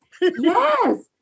yes